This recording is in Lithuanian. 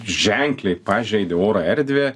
ženkliai pažeidė oro erdvę